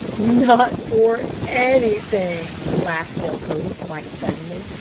not for anything, laughed delcote quite suddenly,